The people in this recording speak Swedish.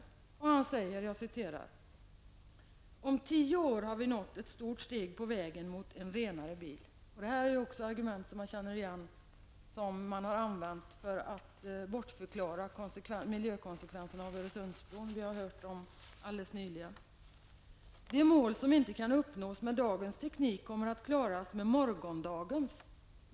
Georg Andersson sade i debatten följande: Om tio år har vi nått ett stort steg på vägen mot en renare bil -- detta är också det argument som har använts för att bortförklara miljökonsekvenserna av byggandet av Öresundsbron. Vi har hört det alldeles nyligen. Georg Andersson sade vidare: De mål som inte kan uppnås med dagens teknik kommer att klaras med morgondagens.